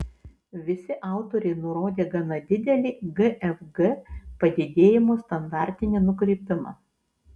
visi autoriai nurodė gana didelį gfg padidėjimo standartinį nukrypimą